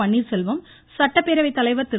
பன்னீர்செல்வம் சட்டப்பேரவை தலைவர் திரு